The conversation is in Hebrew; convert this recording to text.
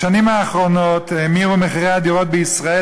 בשנים האחרונות האמירו מחירי הדירות בישראל